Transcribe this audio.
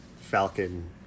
Falcon